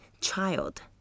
child